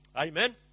Amen